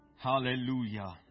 Hallelujah